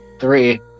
three